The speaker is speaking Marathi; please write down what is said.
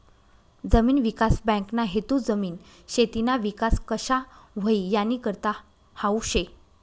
जमीन विकास बँकना हेतू जमीन, शेतीना विकास कशा व्हई यानीकरता हावू शे